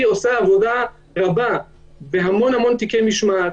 עושה עבודה רבה בהמון המון תיקי משמעת.